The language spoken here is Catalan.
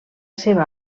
seva